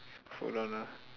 hold on ah